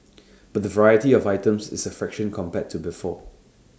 but the variety of items is A fraction compared to before